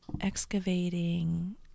excavating